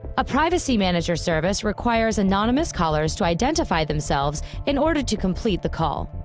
a privacy manager service requires anonymous callers to identify themselves in order to complete the call.